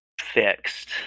fixed